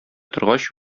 торгач